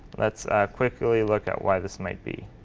let's quickly look at why this might be.